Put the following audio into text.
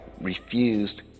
refused